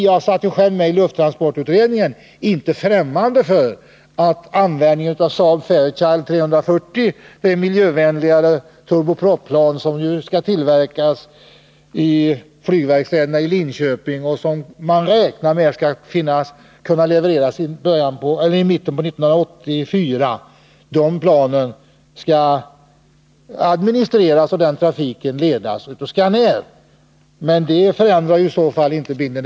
Jag satt själv med i lufttransportutredningen, och vi var inte främmande för att Scanair skulle administrera och leda trafiken med Saab-Fairchild 340, det miljövänligare turbopropplan som nu skall tillverkas vid flygverkstäderna i Linköping och som man räknar med skall kunna levereras i mitten av 1984. Men detta förändrar inte bilden.